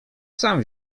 sam